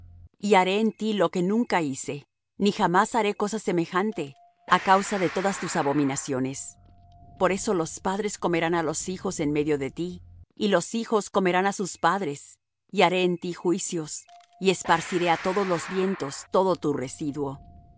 y haré en ti lo que nunca hice ni jamás haré cosa semejante á causa de todas tus abominaciones por eso los padres comerán á los hijos en medio de ti y los hijos comerán á sus padres y haré en ti juicios y esparciré á todos vientos todo tu residuo